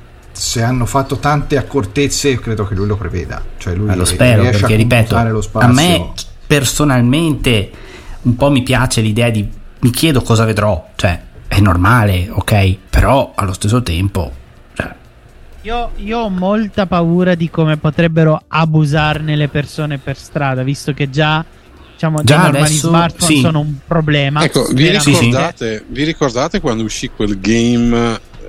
Se hanno fatto tante accortezze, credo che lui lo preveda. Cioè, lui Lo r- spero, riesce a perché, ripeto, computare lo a spazio. me, chi- personalmente, un po' mi piace l'idea di- mi chiedo cosa vedrò. Cioè, è normale, ok? Però, allo stesso tempo, cioè- Io- io ho molta paura di come potrebbero abusarne le persone per strada, visto che già, diciamo, dei Già normali adesso, smartphone sì. sono un problema. Ecco, vi ricordate- Sì, sì. vi ricordate quando uscì quel game